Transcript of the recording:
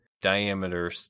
diameter